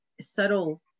subtle